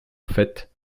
fête